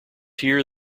here